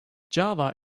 java